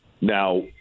Now